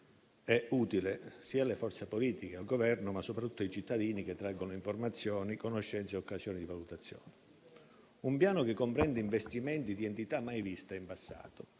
è utile alle forze politiche, al Governo, ma soprattutto ai cittadini, che traggono informazioni, conoscenze e occasioni di valutazione. È un Piano che comprende investimenti di entità mai vista in passato